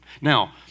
Now